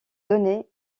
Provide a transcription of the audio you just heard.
donnait